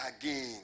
again